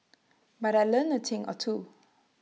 but I learnt A thing or two